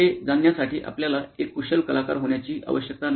हे जाण्यासाठी आपल्याला एक कुशल कलाकार होण्याची आवश्यकता नाही